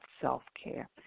self-care